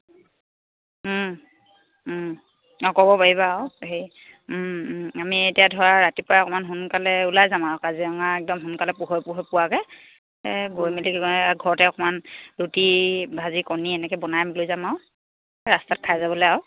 অঁ ক'ব পাৰিবা আৰু হেৰি আমি এতিয়া ধৰা ৰাতিপুৱা অকণমান সোনকালে ওলাই যাম আৰু কাজিৰঙা একদম সোনকালে পোহৰে পোহৰে পোৱাকৈ গৈ মেলি ঘৰতে অকণমান ৰুটি ভাজি কণী এনেকৈ বনাই লৈ যাম আৰু ৰাস্তাত খাই যাবলৈ আৰু